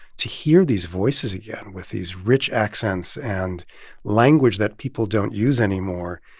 to hear these voices again with these rich accents and language that people don't use anymore,